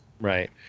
Right